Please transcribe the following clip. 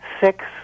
six